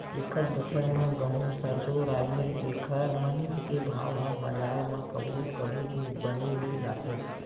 एकत बछर म गहूँ, सरसो, राहेर एखर मन के भाव ह बजार म कभू कभू बने मिल जाथे